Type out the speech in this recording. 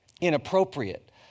inappropriate